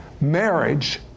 marriage